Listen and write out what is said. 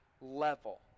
level